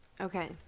Okay